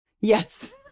Yes